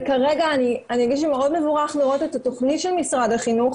וכרגע אני אגיד שמאוד מבורך לראות את התכנית של משרד החינוך.